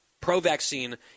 pro-vaccine